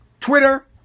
Twitter